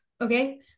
Okay